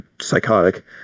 psychotic